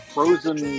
Frozen